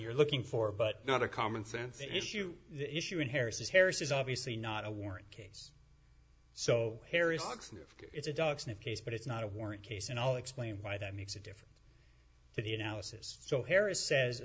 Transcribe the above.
you're looking for but not a common sense issue the issue in harris's harris is obviously not a warrant case so harry sucks if it's a dog sniff case but it's not a warrant case and i'll explain why that makes a difference to the analysis so harris says